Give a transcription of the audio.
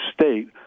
state